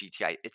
GTI